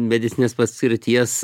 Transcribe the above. medicininės paskirties